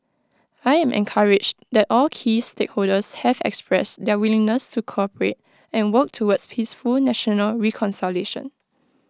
I am encouraged that all key stakeholders have expressed their willingness to cooperate and work towards peaceful national reconciliation